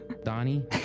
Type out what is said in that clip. Donnie